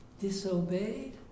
disobeyed